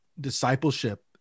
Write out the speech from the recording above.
discipleship